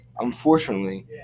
Unfortunately